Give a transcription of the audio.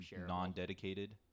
non-dedicated